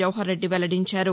జవహర్ రెడ్డి వెల్లడించారు